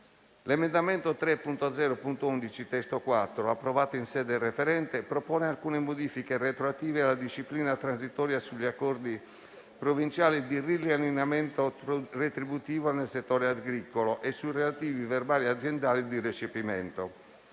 L'emendamento 3.0.11 (testo 4), approvato in sede referente, propone alcune modifiche retroattive alla disciplina transitoria sugli accordi provinciali di riallineamento retributivo nel settore agricolo e sui relativi verbali aziendali di recepimento.